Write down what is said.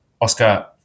Oscar